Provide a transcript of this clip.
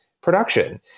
production